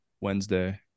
Wednesday